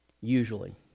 Usually